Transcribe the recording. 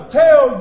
tell